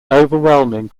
overwhelming